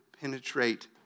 penetrate